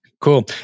Cool